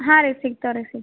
ಹಾಂ ರೀ ಸಿಗ್ತವೆ ರೀ ಸಿಕ್